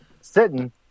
sitting